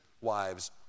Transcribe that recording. wives